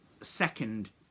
second